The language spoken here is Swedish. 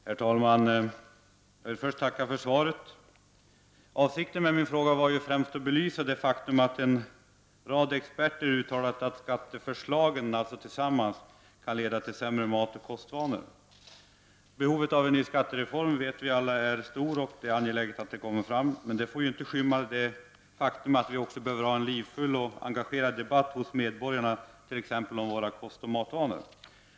Herr talman! Jag vill först tacka för svaret. Avsikten med min fråga var främst att belysa det faktum att en rad experter uttalat att skatteförslagen sammantaget kan leda till sämre matoch kostvanor. Vi vet alla att behovet av en ny skattereform är stort, men detta får ju inte stå i vägen för en livfull och engagerad debatt hos medborgarna, t.ex. om våra kostoch matvanor.